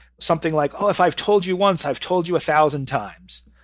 something like, oh if i've told you once i've told you a thousand times.